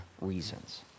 reasons